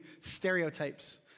stereotypes